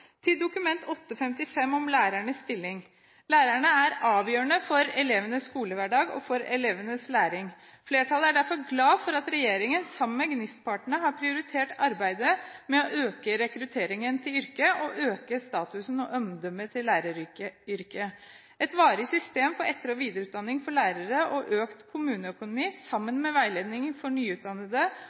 Til Dokument 8:55 S om lærernes stilling: Lærerne er avgjørende for elevenes skolehverdag, og for elevenes læring. Flertallet er derfor glad for at regjeringen sammen med GNIST-partene har prioritert arbeidet med å øke rekrutteringen til yrket og øke statusen og omdømmet til læreryrket. Et varig system for etter- og videreutdanning for lærere og bedret kommuneøkonomi, sammen med veiledningen for nyutdannede